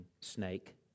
snake